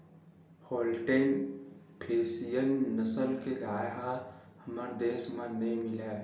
Holstein Friesian नसल के गाय ह हमर देस म नइ मिलय